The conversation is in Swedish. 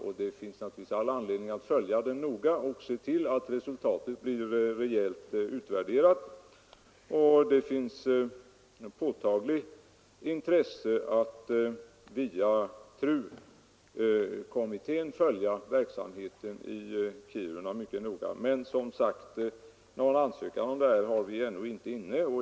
Det finns all anledning att följa den noga och se till att resultatet blir rejält utvärderat. Det finns ett påtagligt intresse att via TRU-kommittén följa verksamheten i Kiruna mycket noga. Men, som sagt, någon ansökan har vi ännu inte fått.